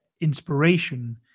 inspiration